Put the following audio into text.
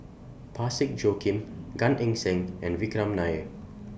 Parsick Joaquim Gan Eng Seng and Vikram Nair